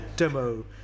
demo